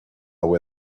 where